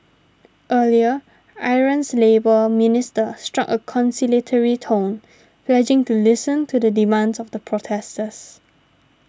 earlier Iran's labour minister struck a conciliatory tone pledging to listen to the demands of the protesters